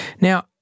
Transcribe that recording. Now